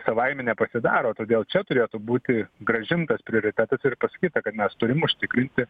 savaime nepasidaro todėl čia turėtų būti grąžintas prioritetas ir pasakyta kad mes turim užtikrinti